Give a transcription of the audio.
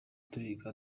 turiga